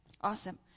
Awesome